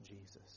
Jesus